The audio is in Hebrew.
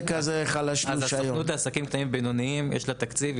לסוכנות לעסקים קטנים ובינוניים יש תקציב.